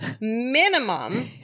Minimum